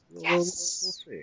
Yes